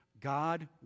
God